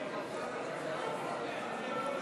והגנת הסביבה בדבר תיקון טעות התקבלה,